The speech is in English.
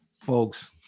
folks